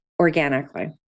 organically